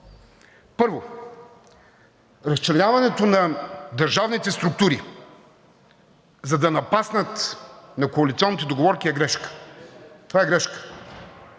Първо, разчленяването на държавните структури, за да напаснат на коалиционните договорки, е грешка. Това е грешка.